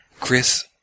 Chris